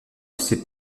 ses